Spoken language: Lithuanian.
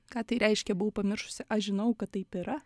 ką tai reiškia buvau pamiršusi aš žinau kad taip yra